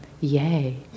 yay